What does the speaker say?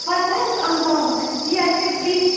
पचास अन्त चिया चाहिँ बिस